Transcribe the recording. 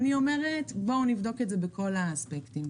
ואני אומרת שצריך לבדוק את זה בכל האספקטים.